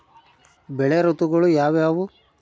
ಬೆಳೆ ಋತುಗಳು ಯಾವ್ಯಾವು?